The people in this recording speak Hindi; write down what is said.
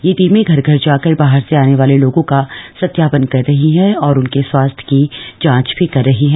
यह टीमें घर घर जाकर बाहर से आने वालों का सत्यापन कर रही है और उनके स्वास्थ्य की जांच भी कर रही है